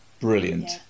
brilliant